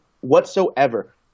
whatsoever